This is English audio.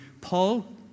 Paul